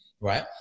Right